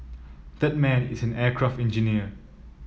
that man is an aircraft engineer